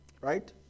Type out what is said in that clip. Right